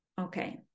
Okay